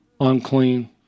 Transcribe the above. unclean